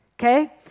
Okay